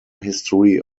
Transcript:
history